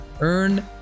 Earn